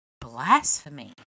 blasphemy